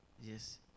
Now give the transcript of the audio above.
Yes